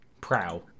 prow